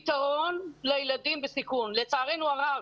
הפתרון של המורים בסיכון זה בית הדין,